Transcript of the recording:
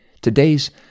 Today's